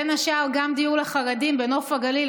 בין השאר דיור לחרדים בנוף הגליל,